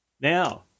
Now